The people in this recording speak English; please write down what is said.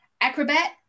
acrobat